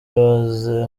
rose